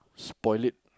spoil it